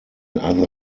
other